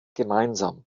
gemeinsam